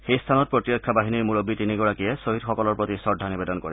সেই স্থানত প্ৰতিৰক্ষা বাহিনীৰ মূৰববী তিনিগৰাকীয়ে খ্হীদসকলৰ প্ৰতি শ্ৰদ্ধা নিৱেদন কৰে